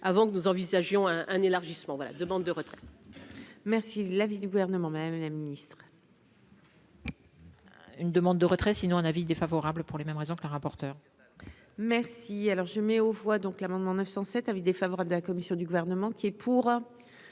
avant que nous envisagions un un élargissement voilà demande de retraite. Merci l'avis du gouvernement, Madame la Ministre. Une demande de retrait sinon un avis défavorable pour les mêmes raisons que la rapporteure. Merci, alors je mets aux voix donc l'amendement 900 cet avis défavorable de la commission du gouvernement qui est pour,